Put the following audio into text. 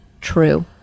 True